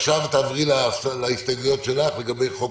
עכשיו תעברי להסתייגויות שלך לגבי חוק